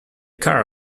car